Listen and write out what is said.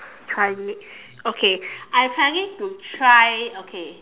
try next okay I planning to try okay